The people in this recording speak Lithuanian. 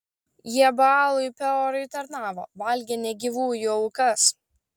jie baalui peorui tarnavo valgė negyvųjų aukas